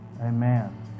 amen